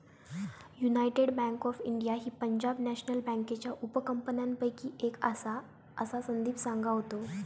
United bank of India ही Punjab national बँकेच्या उपकंपन्यांपैकी एक आसा, असा संदीप सांगा होतो